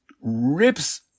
rips